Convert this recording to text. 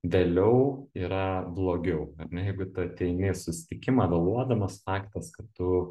vėliau yra blogiau ne jeigu tu ateini į susitikimą vėluodamas faktas kad tu